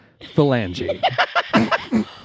phalange